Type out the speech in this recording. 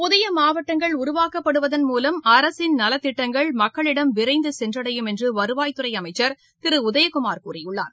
புதிய மாவட்டங்கள் உருவாக்கப்படுவதன் மூலம் அரசின் நலத்திட்டங்கள் மக்களிடம் விரைந்து சென்றடையும் என்றுவருவாய்த்துறை அமைச்சர் திரு உதயகுமார் கூறியுள்ளார்